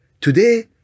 Today